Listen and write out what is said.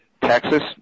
Texas